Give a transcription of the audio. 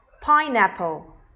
pineapple